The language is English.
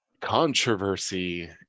controversy